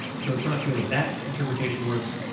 so it's not clear that that interpretation works,